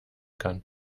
kann